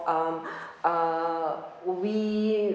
um will we